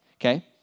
okay